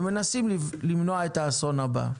ומנסים למנוע את האסון הבא.